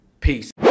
Peace